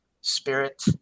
spirit